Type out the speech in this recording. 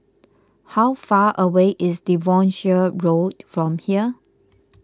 how far away is Devonshire Road from here